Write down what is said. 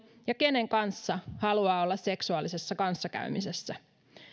ja kenen kanssa haluaa olla seksuaalisessa kanssakäymisessä